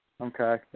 Okay